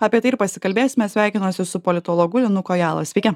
apie tai ir pasikalbėsime sveikinuosi su politologu linu kojala sveiki